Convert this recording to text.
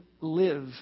live